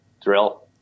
Drill